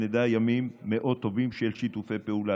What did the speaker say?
שנדע ימים מאוד טובים של שיתופי פעולה.